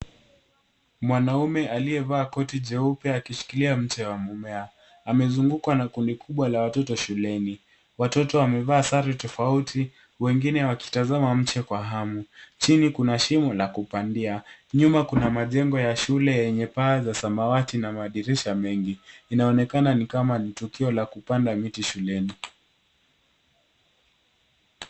Mwanaume aliyevaa koti jeupe akishikilia mche wa mmea . Amezungukwa na kundi kubwa la watoto shuleni. Watoto wamevaa sare tofauti wengine wakitazama mche kwa hamu. Chini kuna shimo la kupandia. Nyuma kuna majengo ya shule yenye paa za samawati na madirisha mengi. Inaonekana ni kama ni tukio la kupanda miti shuleni.